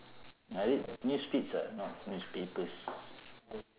I read news feeds ah not newspapers